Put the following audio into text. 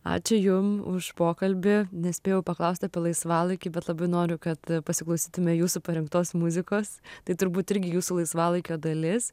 ačiū jum už pokalbį nespėjau paklaust apie laisvalaikį bet labai noriu kad pasiklausytume jūsų parinktos muzikos tai turbūt irgi jūsų laisvalaikio dalis